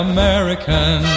American